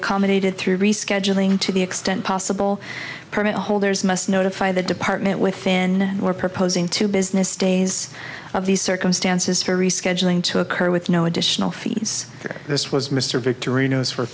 accommodated through rescheduling to the extent possible permit holders must notify the department within or proposing two business days of these circumstances for rescheduling to occur with no additional fees for this was mr victory knows for